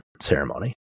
ceremony